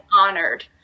honored